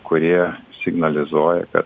kurie signalizuoja ka